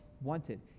wanted